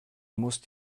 musst